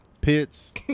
pits